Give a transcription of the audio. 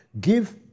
give